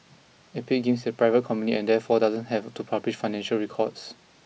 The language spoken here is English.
Epic Games is a private company and therefore doesn't have to publish financial records